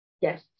yes